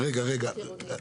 התחדשות עירונית?